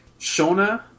Shona